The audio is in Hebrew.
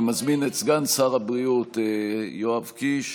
אני מזמין את סגן שר הבריאות יואב קיש